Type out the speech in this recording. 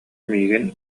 миигин